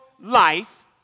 life